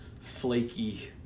flaky